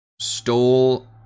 stole